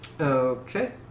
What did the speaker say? Okay